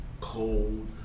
cold